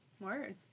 Word